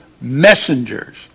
messengers